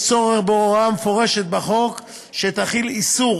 יש צורך בהוראה מפורשת בחוק שתחיל איסור